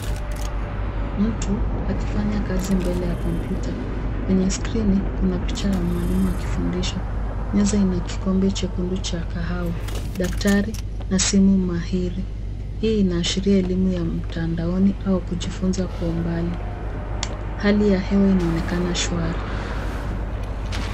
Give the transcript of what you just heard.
Mtu akifanya kazi mbele ya kompyuta. Kwenye skrini kuna picha ya mwalimu akifundisha. Meza ina kikombe chekundu cha kahawa, daktari na simu mahiri. Hii inaashiria elimu ya mtandaoni au kujifunza kwa umbali. Hali ya hewa inaonekana shwari.